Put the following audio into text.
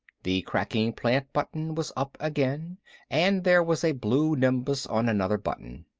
the cracking plant button was up again and there was a blue nimbus on another button.